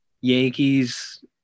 Yankees